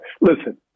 listen